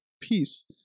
peace